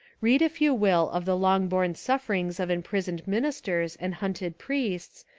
read if you will of the long-borne suf ferings of imprisoned ministers and hunted priests,